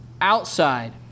outside